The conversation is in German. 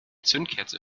zündkerze